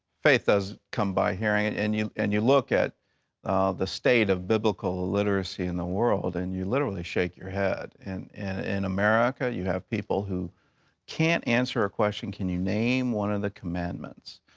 faith does come by hearing, and and you and you look at the state of biblical literacy in the world, and you literally shake your head. in and and america, you have people who can't answer a question, can you name one of the commandments?